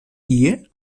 tie